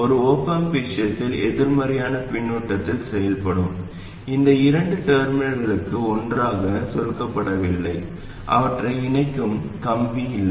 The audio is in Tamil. ஒரு op amp விஷயத்தில் எதிர்மறையான பின்னூட்டத்தில் செயல்படும் இந்த இரண்டு டெர்மினல்களும் ஒன்றாக சுருக்கப்படவில்லை அவற்றை இணைக்கும் கம்பி இல்லை